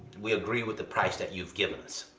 we agree with the price that you've given us.